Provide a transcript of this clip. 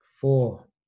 Four